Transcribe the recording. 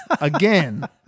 Again